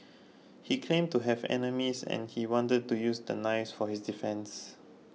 he claimed to have enemies and he wanted to use the knives for his defence